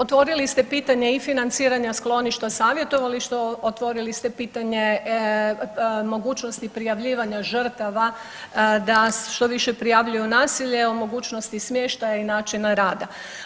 Otvorili ste pitanje i financiranja skloništa, savjetovališta, otvorili ste pitanje mogućnosti prijavljivanja žrtava da što više prijavljuju nasilje, o mogućnosti smještaja i načina rada.